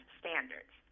standards